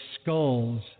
skulls